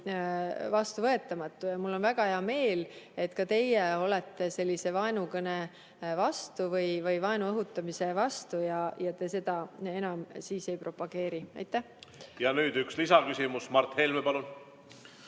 vastuvõetamatu. Mul on väga hea meel, et ka teie olete sellise vaenukõne või vaenu õhutamise vastu ja te seda enam ei propageeri. Ja nüüd üks lisaküsimus. Mart Helme, palun!